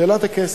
שאלת הכסף,